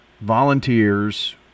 volunteers